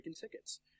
tickets